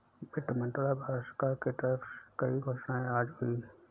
वित्त मंत्रालय, भारत सरकार के तरफ से कई घोषणाएँ आज हुई है